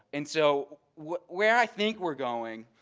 and so where i think we're going